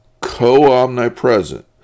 co-omnipresent